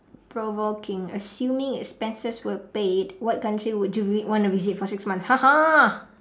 provoking assuming expenses were paid what country would you vi~ want to visit for six months